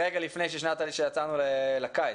רגע לפני שיצאנו לקיץ,